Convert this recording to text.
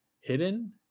hidden